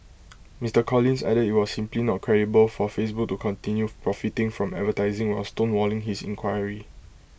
Mr Collins added IT was simply not credible for Facebook to continue profiting from advertising while stonewalling his inquiry